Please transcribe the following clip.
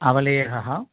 अवलेहः